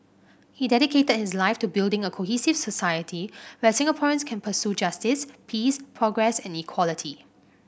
he dedicated his life to building a cohesive society where Singaporeans can pursue justice peace progress and equality